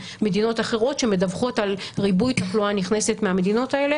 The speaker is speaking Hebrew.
מדינות אחרות שמדווחות על ריבוי תחלואה נכנסת מהמדינות האלה